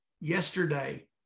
yesterday